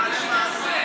אל תשנה נושא.